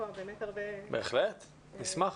בהחלט, נשמח.